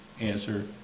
answer